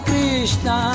Krishna